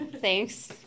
Thanks